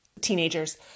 teenagers